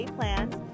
Plans